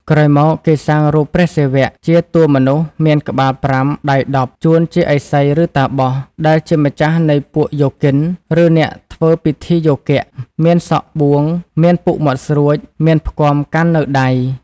ក្រោយមក គេសាងរូបព្រះសិវៈ ជាតួមនុស្សមានក្បាល៥ ដៃ១០ ជួនជាឥសី ឬតាបស ដែលជាម្ចាស់នៃពួកយោគិន ឬអ្នកធ្វើពិធីយោគៈ មានសក់បួង មានពុកមាត់ស្រួច មានផ្គាំកាន់នៅដៃ។